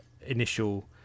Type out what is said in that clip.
initial